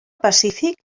pacífic